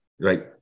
right